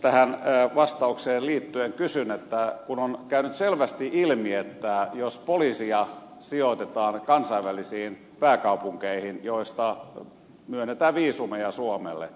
tähän vastaukseen liittyen kysyn siitä että kun on käynyt selvästi ilmi että jos poliiseja sijoitetaan kansainvälisiin pääkaupunkeihin joista myönnetään viisumeja suomelle